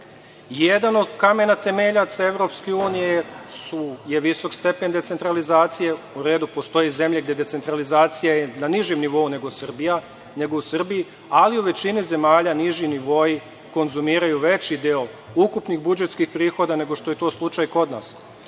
Jedan odkamena temeljaca EU je visok stepen decentralizacije. U redu, postoje zemlje gde decentralizacija je na nižem nivou nego u Srbiji, ali u većini zemalja niži nivoi konzumiraju veći deo ukupnih budžetskih prihoda nego što je to slučaj kod nas.